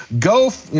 go,